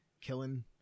killing